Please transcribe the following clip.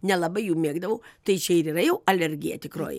nelabai jų mėgdavau tai čia ir yra jau alergija tikroji